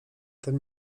tym